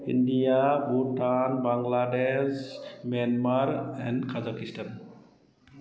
India Bhutan Bangladesh Myanmar and Kazakhstan